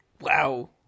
Wow